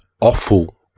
awful